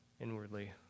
inwardly